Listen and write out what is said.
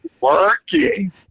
working